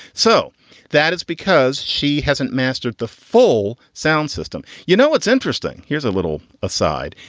so that it's because she hasn't mastered the full sound system. you know what's interesting? here's a little aside.